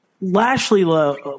Lashley